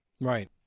Right